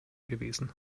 gewesen